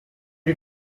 you